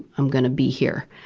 i'm going to be here.